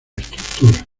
estructura